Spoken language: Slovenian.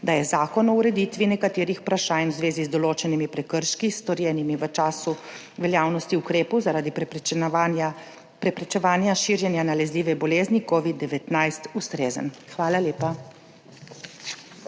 da je Zakon o ureditvi nekaterih vprašanj v zvezi z določenimi prekrški, storjenimi v času veljavnosti ukrepov zaradi preprečevanja širjenja nalezljive bolezni COVID-19, ustrezen. Hvala lepa.